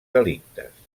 delictes